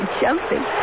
jumping